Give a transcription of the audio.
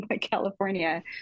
California